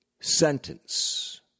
Sentence